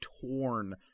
torn